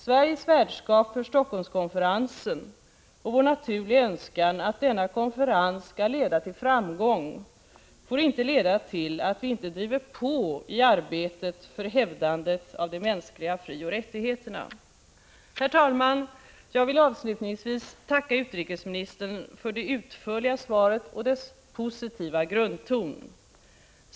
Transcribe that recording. Sveriges värdskap för Helsingforsskonferensen och vår naturliga önskan att denna konferens skall leda till framgång får inte leda till att vi inte driver på i arbetet för hävdandet av de mänskliga frioch rättigheterna. Herr talman! Jag vill avslutningsvis tacka utrikesministern för det utförliga svaret och dess positiva grundton.